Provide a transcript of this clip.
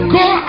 go